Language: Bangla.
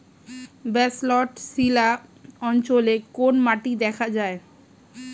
ব্যাসল্ট শিলা অঞ্চলে কোন মাটি দেখা যায়?